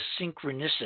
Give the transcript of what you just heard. synchronicity